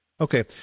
Okay